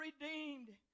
redeemed